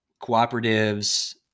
Cooperatives